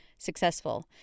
successful